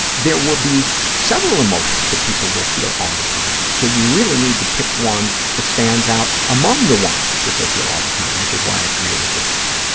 there will be several emotions that people will feel all the time, so you really need to pick one that stands out among the ones that they feel all the time, which is why i created this one.